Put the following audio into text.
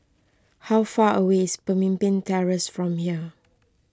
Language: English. how far away is Pemimpin Terrace from here